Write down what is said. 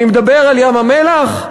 אני מדבר על ים-המלח?